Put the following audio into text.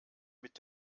mit